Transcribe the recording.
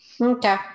Okay